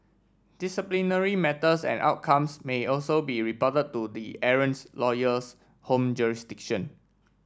disciplinary matters and outcomes may also be reported to the errants lawyer's home jurisdiction